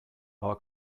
our